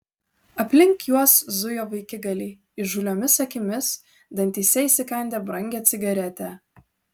aplink juos zujo vaikigaliai įžūliomis akimis dantyse įsikandę brangią cigaretę